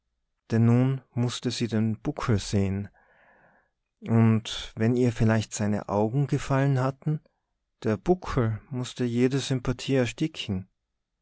denn nun mußte sie den buckel sehen und wenn ihr vielleicht seine augen gefallen hatten der buckel mußte jede sympathie